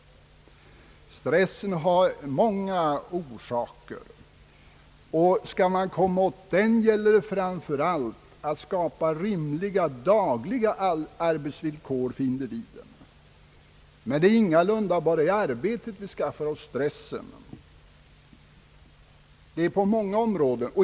Stressen har många orsaker, och skall man komma åt den, gäller det framför allt att skapa rimliga dagliga arbetsvillkor för individen. Men det är ingalunda bara i arbetet vi skaffar oss stressen, utan det sker på många områden.